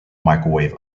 microwave